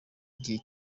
igihe